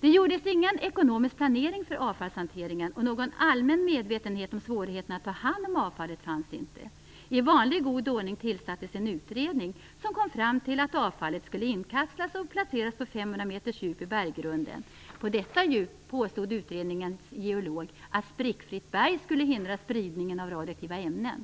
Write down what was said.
Det gjordes ingen ekonomisk planering för avfallshanteringen, och någon allmän medvetenhet om svårigheterna att ta hand om avfallet fanns inte. I vanlig god ordning tillsattes en utredning, som kom fram till att avfallet skulle inkapslas och placeras på 500 meters djup i berggrunden. På detta djup, påstod utredningens geolog, skulle sprickfritt berg hindra spridningen av radioaktiva ämnen.